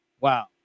Wow